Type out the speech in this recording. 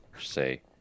Say